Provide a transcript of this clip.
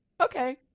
okay